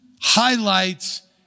highlights